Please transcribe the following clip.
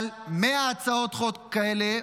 אבל 100 הצעות חוק כאלו,